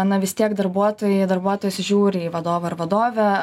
na vis tiek darbuotojai darbuotojos žiūri į vadovą ar vadovę